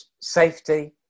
safety